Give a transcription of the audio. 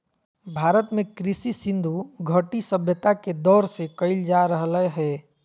भारत में कृषि सिन्धु घटी सभ्यता के दौर से कइल जा रहलय हें